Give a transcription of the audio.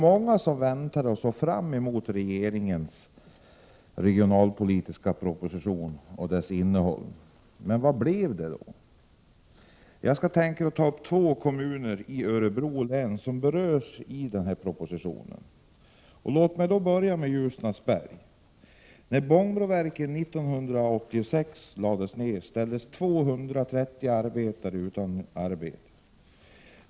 Många väntade på och såg fram mot regeringens regionalpolitiska proposition och dess innehåll. Men vad blev det av den? Jag skall ta upp två kommuner i Örebro län, som behandlas i propositionen. Låt mig börja med Ljusnarsberg. När Bångbroverken 1986 lades ned ställdes 230 arbetare utan arbete.